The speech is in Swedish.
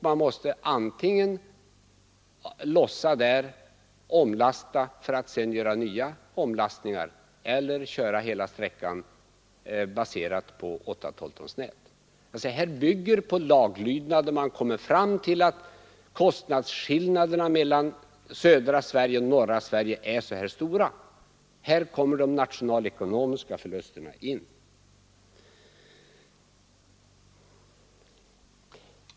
Man måste då antingen lossa där eller omlasta för att sedan göra nya omlastningar eller köra hela sträckan med last baserad på 8/12-tons nät. Det här exemplet bygger alltså på laglydnad; man kommer då fram till så stora kostnadsskillnader mellan södra Sverige och norra Sverige. Här kommer de nationalekonomiska förlusterna in.